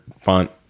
font